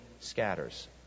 scatters